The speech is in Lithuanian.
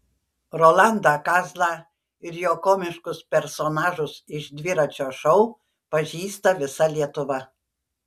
rolandą kazlą ir jo komiškus personažus iš dviračio šou pažįsta visa lietuva